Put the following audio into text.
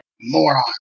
Moron